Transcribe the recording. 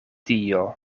dio